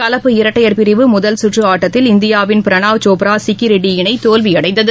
கலப்பு இரட்டையர் பிரிவு முதல் சுற்று ஆட்டத்தில் இந்தியாவின் பிரனாவ் சோப்ரா சிக்கி ரெட்டி இணை தோல்வியடைந்தது